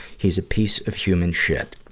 he's a piece of human shit.